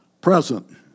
present